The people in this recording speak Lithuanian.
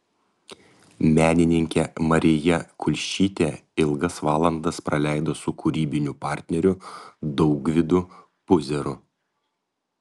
menininkė marija kulšytė ilgas valandas praleido su kūrybiniu partneriu daugvydu puzeru